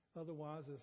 otherwise